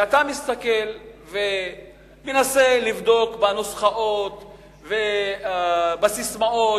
ואתה מסתכל ומנסה לבדוק בנוסחאות ובססמאות